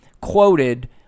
quoted